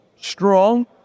strong